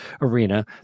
arena